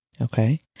Okay